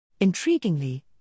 Intriguingly